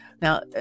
Now